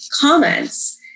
comments